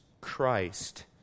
Christ